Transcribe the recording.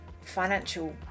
financial